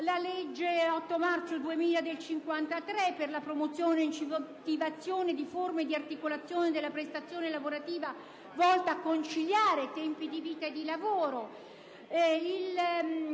alla legge 8 marzo 2000, n. 53, per la promozione e l'incentivazione di forme di articolazione della prestazione lavorativa volta a conciliare i tempi di vita e di lavoro;